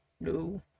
No